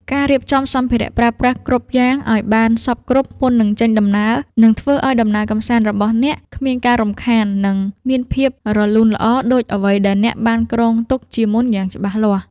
ការរៀបចំសម្ភារៈប្រើប្រាស់គ្រប់យ៉ាងឱ្យបានសព្វគ្រប់មុននឹងចេញដំណើរនឹងធ្វើឱ្យដំណើរកម្សាន្តរបស់អ្នកគ្មានការរំខាន និង មានភាពរលូនល្អដូចអ្វីដែលអ្នកបានគ្រោងទុកជាមុនយ៉ាងច្បាស់លាស់។